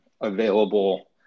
available